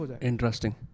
interesting